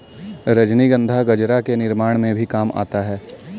रजनीगंधा गजरा के निर्माण में भी काम आता है